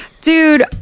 Dude